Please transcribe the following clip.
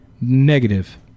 Negative